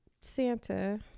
Santa